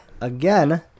again